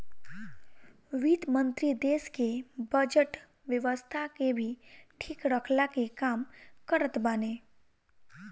वित्त मंत्री देस के बजट व्यवस्था के भी ठीक रखला के काम करत बाने